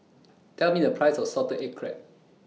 Tell Me The Price of Salted Egg Crab